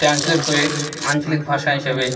translate করে আঞ্চলিক ভাষা হিসাবে